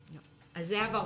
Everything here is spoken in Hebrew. לא, אז זהבה רומנו.